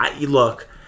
look